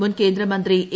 മുൻ കേന്ദ്ര മന്ത്രി എ